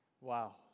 Wow